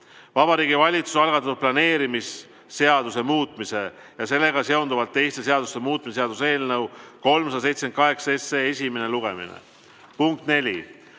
Vabariigi Valitsuse algatatud planeerimisseaduse muutmise ja sellega seonduvalt teiste seaduste muutmise seaduse eelnõu 378 esimene lugemine. Punkt neli,